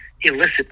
illicit